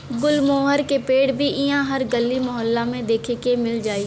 गुलमोहर के पेड़ भी इहा हर गली मोहल्ला में देखे के मिल जाई